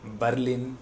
Berlin